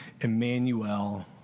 Emmanuel